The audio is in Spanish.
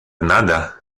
nada